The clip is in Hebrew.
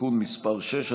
(תיקון מס' 6),